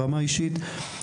ברמה האישית,